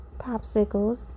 popsicles